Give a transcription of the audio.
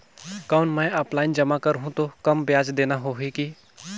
कौन मैं ऑफलाइन जमा करहूं तो कम ब्याज देना होही की?